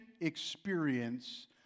experience